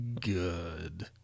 Good